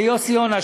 וליוסי יונה,